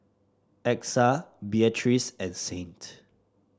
Exa Beatriz and Saint